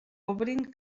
obrin